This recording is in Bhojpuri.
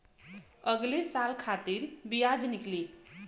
अगले साल खातिर बियाज निकली